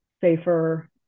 safer